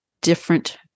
different